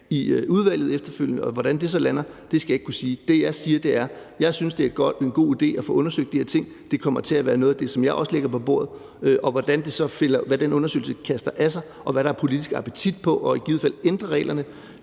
i udvalget efterfølgende. Hvordan det så lander, skal jeg ikke kunne sige. Det, jeg siger, er, at jeg synes, det er en god idé at få undersøgt de her ting. Det kommer til at være noget af det, som jeg også lægger på bordet, og hvad den undersøgelse så kaster af sig, og hvad der er politisk appetit på i forhold til i givet fald at ændre reglerne,